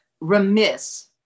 remiss